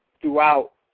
throughout